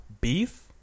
beef